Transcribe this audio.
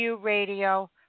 Radio